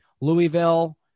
louisville